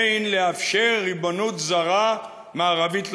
אין לאפשר ריבונות זרה מערבית לירדן,